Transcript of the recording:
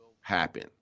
happen